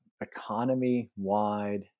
economy-wide